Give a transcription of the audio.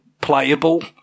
playable